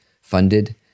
funded